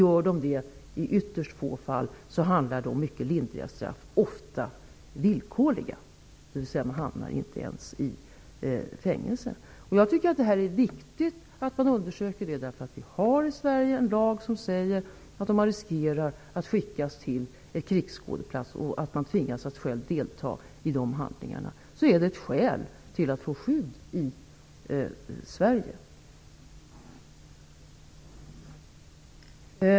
I de ytterst få fall där så sker handlar det om mycket lindriga straff, ofta villkorliga, dvs. de hamnar inte ens i fängelse. Jag tycker att det är viktigt att man undersöker detta, eftersom vi i Sverige har en lag som säger att den som riskerar att skickas till en krigsskådeplats och att tvingas delta i krigshandlingarna kan anföra detta som ett skäl till att få skydd i Sverige.